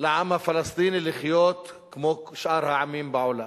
לעם הפלסטיני לחיות כמו שאר העמים בעולם.